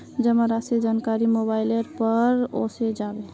जमा राशिर जानकारी मोबाइलेर पर ओसे जाबे